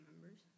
members